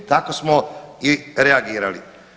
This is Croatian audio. Tako smo i reagirali.